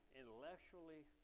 intellectually